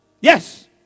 Yes